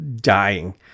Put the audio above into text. dying